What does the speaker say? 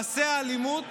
מעשי אלימות